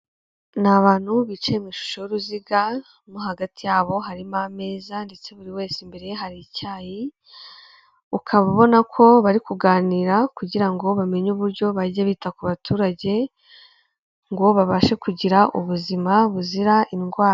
Ni abantu bicaye mu ishusho y'uruziga, mo hagati yabo harimo ameza ndetse buri wese imbere ye hari icyayi, ukaba ubona ko bari kuganira kugira ngo bamenye uburyo bajya bita ku baturage ngo babashe kugira ubuzima buzira indwara.